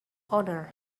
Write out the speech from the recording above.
owner